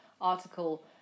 article